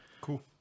Cool